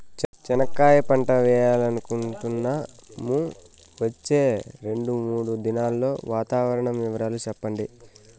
చెనక్కాయ పంట వేయాలనుకుంటున్నాము, వచ్చే రెండు, మూడు దినాల్లో వాతావరణం వివరాలు చెప్పండి?